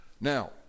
Now